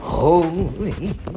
Holy